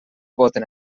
voten